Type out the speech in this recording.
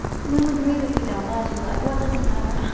we'll agree that we don't. as you like what does it matter?